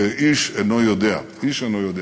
ואיש אינו יודע, איש אינו יודע